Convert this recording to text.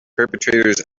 perpetrators